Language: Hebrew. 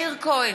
מאיר כהן,